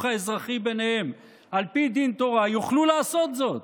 האזרחי ביניהם על פי דין תורה יוכלו לעשות זאת.